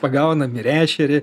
pagaunam ir ešerį